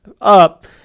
up